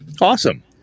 awesome